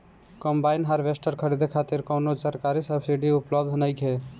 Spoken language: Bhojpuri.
कंबाइन हार्वेस्टर खरीदे खातिर कउनो सरकारी सब्सीडी उपलब्ध नइखे?